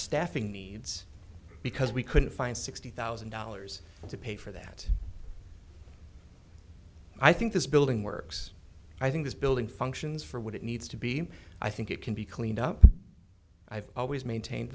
staffing needs because we couldn't find sixty thousand dollars to pay for that i think this building works i think this building functions for what it needs to be i think it can be cleaned up i've always maintained